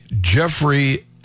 Jeffrey